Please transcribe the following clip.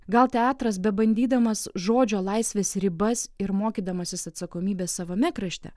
gal teatras bebandydamas žodžio laisvės ribas ir mokydamasis atsakomybės savame krašte